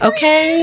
Okay